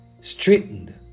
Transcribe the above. straightened